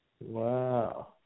wow